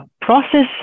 Process